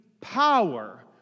power